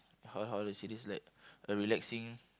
how how tosay this like a relaxing